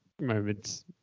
moments